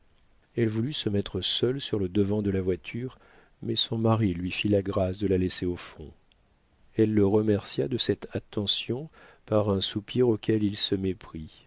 elle voulut se mettre seule sur le devant de la voiture mais son mari lui fit la grâce de la laisser au fond elle le remercia de cette attention par un soupir auquel il se méprit